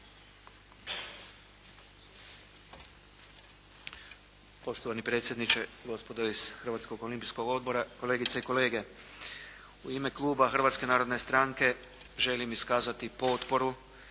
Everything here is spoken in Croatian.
Poštovani predsjedniče, gospodo iz Hrvatskog olimpijskog odbora, kolegice i kolege. U ime Kluba Hrvatske narodne stranke, želim iskazati potporu